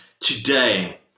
today